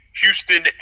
Houston